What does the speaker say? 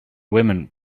women